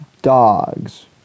Dogs